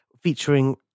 featuring